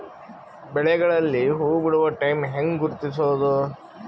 ಬೆಳೆಗಳಲ್ಲಿ ಹೂಬಿಡುವ ಟೈಮ್ ಹೆಂಗ ಗುರುತಿಸೋದ?